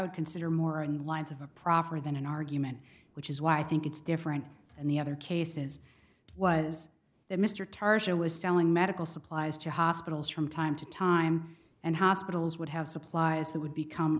would consider more in lines of a proffer than an argument which is why i think it's different and the other cases was that mr tarzan was selling medical supplies to hospitals from time to time and hospitals would have supplies that would become